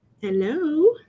Hello